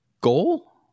goal